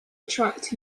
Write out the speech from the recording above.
attract